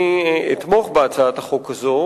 אני אתמוך בהצעת החוק הזאת,